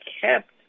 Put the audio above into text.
kept